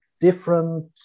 different